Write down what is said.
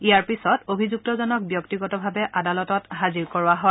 ইয়াৰ পিছত অভিযুক্তজনক ব্যক্তিগতভাৱে আদালতত হাজিৰ কৰোৱা হয়